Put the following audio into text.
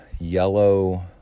yellow